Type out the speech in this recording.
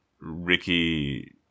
Ricky